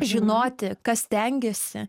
žinoti kas stengiasi